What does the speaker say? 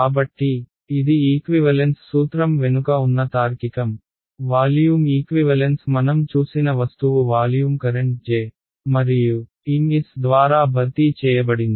కాబట్టి ఇది ఈక్వివలెన్స్ సూత్రం వెనుక ఉన్న తార్కికం వాల్యూమ్ ఈక్వివలెన్స్ మనం చూసిన వస్తువు వాల్యూమ్ కరెంట్ J మరియు Ms ద్వారా భర్తీ చేయబడింది